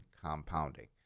compounding